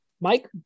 mike